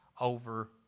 over